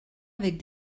avec